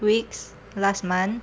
weeks last month